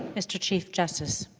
mr. chief justice